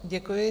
Děkuji.